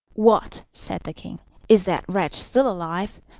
what! said the king is that wretch still alive?